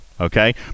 Okay